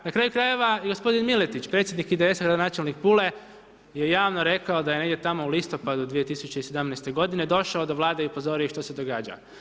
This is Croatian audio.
Na kraju krajeva i gospodin Miletić, predsjednik IDS-a, gradonačelnik Pule je javno rekao da negdje tamo u listopadu 2017. godine došao do Vlade i upozorio ih što se događa.